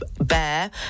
bear